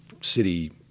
city –